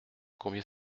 combien